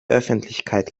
öffentlichkeit